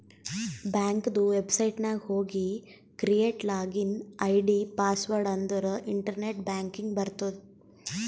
ಬ್ಯಾಂಕದು ವೆಬ್ಸೈಟ್ ನಾಗ್ ಹೋಗಿ ಕ್ರಿಯೇಟ್ ಲಾಗಿನ್ ಐ.ಡಿ, ಪಾಸ್ವರ್ಡ್ ಅಂದುರ್ ಇಂಟರ್ನೆಟ್ ಬ್ಯಾಂಕಿಂಗ್ ಬರ್ತುದ್